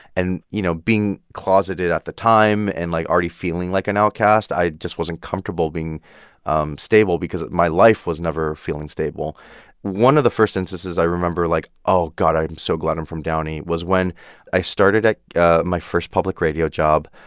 and, you know, being closeted at the time and like already feeling like an outcast, i just wasn't comfortable being um stable because my life was never feeling stable one of the first instances i remember like, oh, god, i'm so glad i'm from downey, was when i started ah my first public radio job.